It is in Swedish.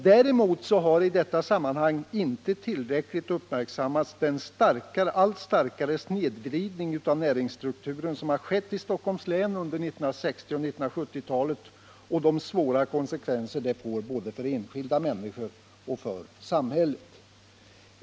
Däremot har i detta sammanhang inte tillräckligt uppmärksammats den allt starkare snedvridning av näringsstrukturen som har skett i Stockholms län under 1960 och 1970-talen och de svåra konsekvenser den får både för enskilda människor och för samhället.